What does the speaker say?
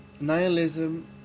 nihilism